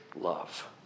love